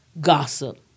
gossip